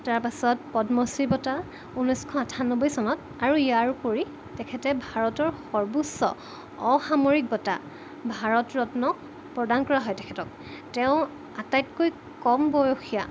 তাৰপাছত পদ্মশ্ৰী বঁটা ঊনৈছশ আঠান্নব্বৈ চনত আৰু ইয়াৰ উপৰি তেখেতে ভাৰতৰ সৰ্বোচ্চ অসামৰিক বঁটা ভাৰত ৰত্ন প্ৰদান কৰা হয় তেখেতক তেওঁ আটাইতকৈ কম বয়সীয়া